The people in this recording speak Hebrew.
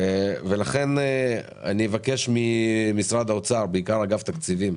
לכן אבקש ממשרד האוצר, בעיקר מאגף תקציבים,